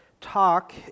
talk